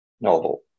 novel